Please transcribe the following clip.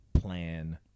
plan